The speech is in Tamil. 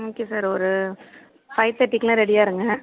ம் ஓகே சார் ஒரு ஃபைவ் தேட்டிக்கெல்லாம் ரெடியாக இருங்கள்